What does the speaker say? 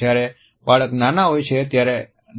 જયારે બાળક હોય છે ત્યારે